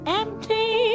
empty